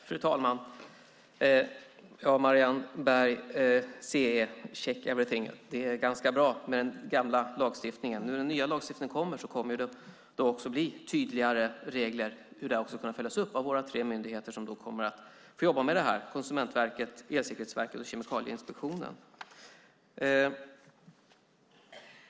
Fru talman! CE - check everything - är bra, men det är den gamla lagstiftningen. I den nya lagstiftningen kommer reglerna om uppföljningen av våra tre myndigheter att vara tydligare - Konsumentverket, Elsäkerhetsverket och Kemikalieinspektionen.